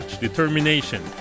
determination